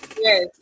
yes